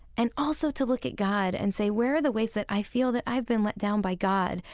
and also to look at god and say, where are the ways that i feel that i have been let down by god?